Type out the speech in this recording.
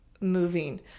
moving